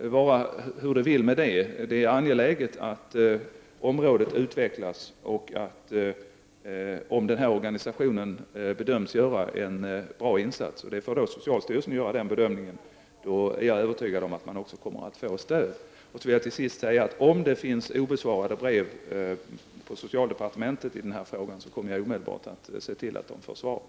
Hur som helst är det angeläget att området utvecklas. Om denna organisation bedöms göra en bra insats — det är socialstyrelsen som har att göra denna bedömning — är jag övertygad om att man också kommer att få stöd. Till sist vill jag säga att om det finns obesvarade brev på socialdepartementet när det gäller den här frågan, kommer jag omedelbart att se till att de besvaras.